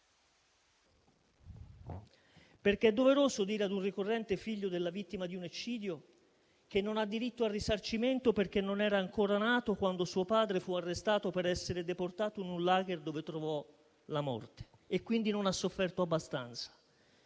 perché è vergognoso dire a un ricorrente, figlio della vittima di un eccidio, che non ha diritto al risarcimento perché non era ancora nato quando suo padre fu arrestato per essere deportato in un *lager* dove trovò la morte e quindi non ha sofferto abbastanza.